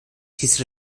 his